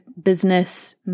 business